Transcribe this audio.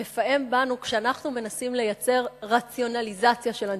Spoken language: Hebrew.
מפעם בנו כשאנחנו מנסים לייצר רציונליזציה של אנטישמיות,